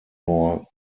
more